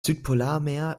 südpolarmeer